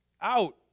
out